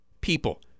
people